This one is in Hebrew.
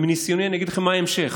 ומניסיוני אני אגיד לכם מה ההמשך: